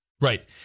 Right